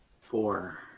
Four